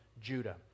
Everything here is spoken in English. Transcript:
Judah